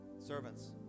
servants